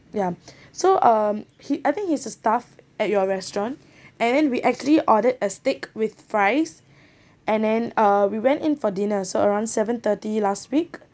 ya so um he I think he's a staff at your restaurant and then we actually ordered a steak with fries and then uh we went in for dinner so around seven-thirty last week